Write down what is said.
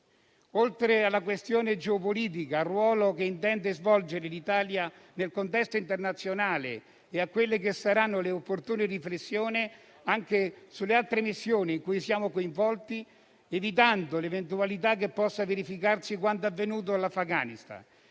Oltre alla questione geopolitica e al ruolo che intende svolgere l'Italia nel contesto internazionale e a quelle che saranno le opportune riflessioni anche sulle altre missioni in cui siamo coinvolti, evitando l'eventualità che possa verificarsi quanto avvenuto in Afghanistan,